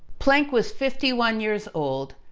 planck was fifty one years old.